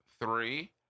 three